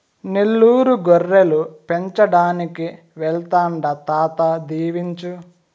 నెల్లూరు గొర్రెలు పెంచడానికి వెళ్తాండా తాత దీవించు